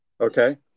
okay